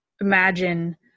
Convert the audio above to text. imagine